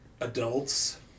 adults